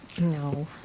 no